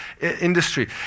industry